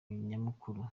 nyamukuru